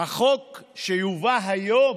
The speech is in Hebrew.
החוק שיובא היום,